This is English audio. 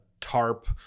tarp